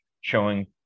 showing